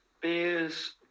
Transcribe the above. Beers